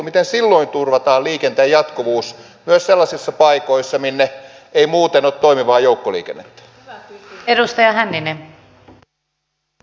miten silloin turvataan liikenteen jatkuvuus myös sellaisissa paikoissa minne ei muuten ole toimivaa joukkoliikennettä